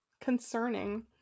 Concerning